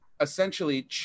Essentially